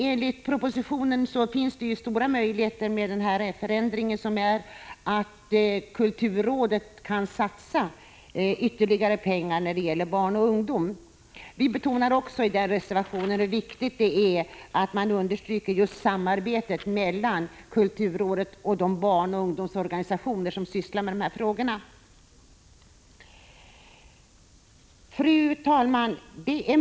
Enligt propositionen finns det stora möjligheter att kulturrådet efter den förändring som nu sker kan satsa ytterligare pengar för barnoch ungdomskultur. I reservationen betonar vi också hur viktigt det är att understryka just samarbetet mellan kulturrådet och de barnoch ungdomsorganisationer som sysslar med sådana frågor. Fru talman!